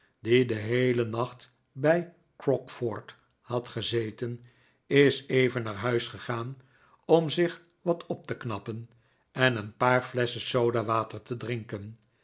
die den heelen nacht bij crockford had gezeten is even naar huis gegaan om zich wat op te knappen en een paar flesschen sodawater te drinken